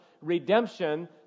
redemption